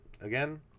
again